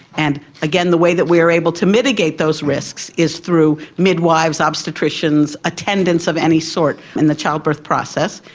and again, the way that we are able to mitigate those risks is through midwives, obstetricians, attendants of any sort in the childbirth process,